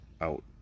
out